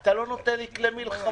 אתה לא נותן לי כלי מלחמה.